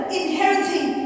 inheriting